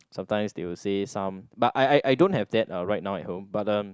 sometimes they will say some but I I I don't have that uh right now at home but uh